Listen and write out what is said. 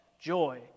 joy